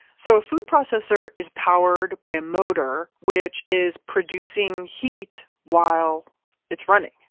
so, a food processor is powered by a motor which is producing heat while it's running,